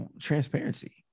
transparency